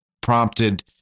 prompted